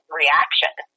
reaction